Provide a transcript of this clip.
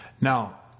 Now